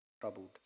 troubled